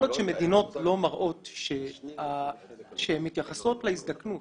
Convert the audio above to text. כל עוד שמדינות לא מראות שהן מתייחסות להזדקנות